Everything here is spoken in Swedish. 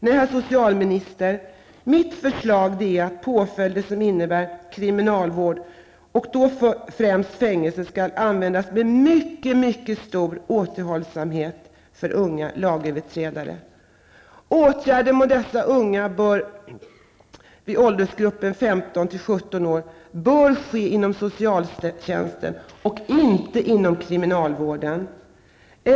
Nej, herr socialminister, mitt förslag är att påföljder som innebär kriminalvård och då främst fängelse skall användas med mycket mycket stor återhållsamhet för unga lagöverträdare. Åtgärder mot dessa unga, i åldersgruppen 15--17 år, bör ske inom socialtjänsten och inte inom kriminalvården.